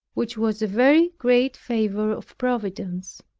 which was a very great favor of providence.